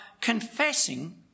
confessing